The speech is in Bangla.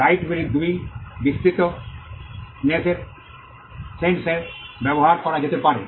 রাইট গুলি 2 বিস্তৃত সেন্স এ ব্যবহার করা যেতে পারে